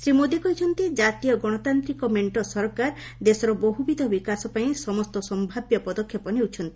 ଶ୍ରୀ ମୋଦି କହିଛନ୍ତି ଜାତୀୟ ଗଣତାନ୍ତ୍ରିକ ମେଣ୍ଟ ସରକାର ଦେଶର ବହୁବିଧ ବିକାଶ ପାଇଁ ସମସ୍ତ ସମ୍ଭାବ୍ୟ ପଦକ୍ଷେପ ନେଉଛନ୍ତି